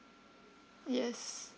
yes